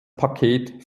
paket